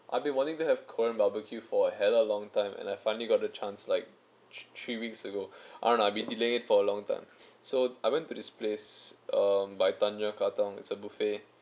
I've been wanting to have korean barbecue for a hella long time and I finally got the chance like three weeks ago I don't know I've been delaying it for a long time so I went to this place um by tanjong katong it's a buffet